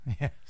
Yes